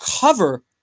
cover